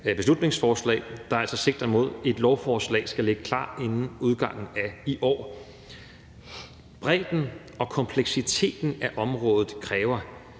beslutningsforslag, der altså sigter mod, at et lovforslag skal ligge klar inden udgangen af i år. Bredden og kompleksiteten af området kræver,